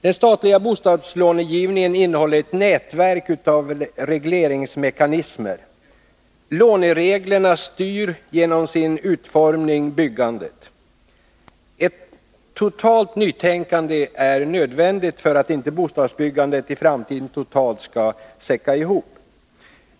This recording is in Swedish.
Den statliga bostadslånegivningen innehåller ett nätverk av regleringsmekanismer. Lånereglerna styr genom sin utformning byggandet. Ett totalt nytänkande är nödvändigt för att inte bostadsbyggandet i framtiden totalt skall säcka ihop.